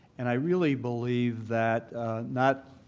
and i really believe that not